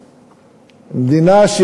מדינה,